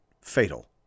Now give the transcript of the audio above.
fatal